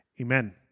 Amen